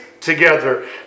together